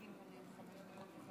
ההצעה קיבלה פטור מחובת הנחה,